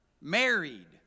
married